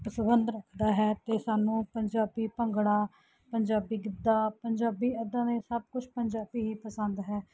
ਸੰਬੰਧ ਰੱਖਦਾ ਹੈ ਅਤੇ ਸਾਨੂੰ ਪੰਜਾਬੀ ਭੰਗੜਾ ਪੰਜਾਬੀ ਗਿੱਧਾ ਪੰਜਾਬੀ ਐਦਾਂ ਦੇ ਸਭ ਕੁਛ ਪੰਜਾਬੀ ਹੀ ਪਸੰਦ ਹੈ